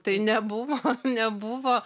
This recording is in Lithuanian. tai nebuvo nebuvo